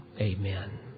Amen